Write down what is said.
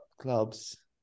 clubs